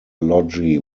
logie